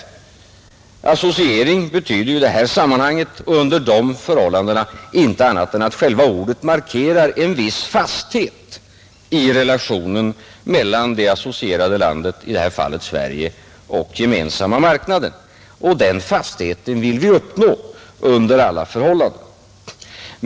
Ordet associering får ju i detta sammanhang inte annan betydelse än att det markerar en viss fasthet i relationen mellan det associerade landet, i detta fall Sverige, och den gemensamma marknaden, och den fastheten vill vi uppnå under alla förhållanden.